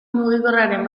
mugikorraren